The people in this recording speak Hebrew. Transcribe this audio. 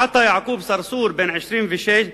עטא יעקוב צרצור, בן 26,